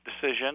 decision